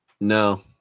No